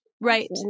right